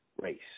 race